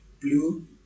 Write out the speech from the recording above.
blue